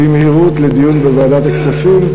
במהירות לדיון בוועדת הכספים,